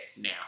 now